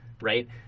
right